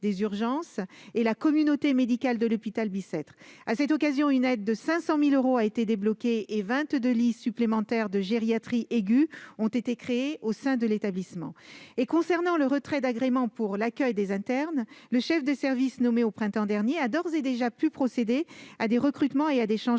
des urgences et la communauté médicale de l'hôpital Bicêtre. À cette occasion, une aide de 500 000 euros a été débloquée et 22 lits supplémentaires de gériatrie aiguë ont été créés au sein de l'établissement. Malgré le retrait d'agrément pour l'accueil des internes, le chef de service nommé au printemps dernier a d'ores et déjà pu procéder à des recrutements et à des changements